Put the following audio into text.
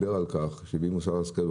שהביא מוסר השכל,